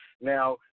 Now